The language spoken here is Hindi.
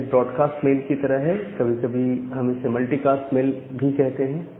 यह एक ब्रॉडकास्ट मेल की तरह है कभी कभी हम इसे मल्टीकास्ट मेल भी कहते हैं